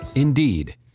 Indeed